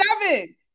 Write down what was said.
seven